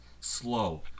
slow